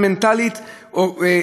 הפיקוח חייב.